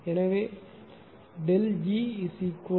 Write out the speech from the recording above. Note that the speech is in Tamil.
எனவே E ΔFR